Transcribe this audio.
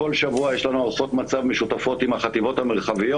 כל שבוע יש לנו הערכות מצב משותפות עם החטיבות המרחביות,